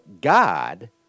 God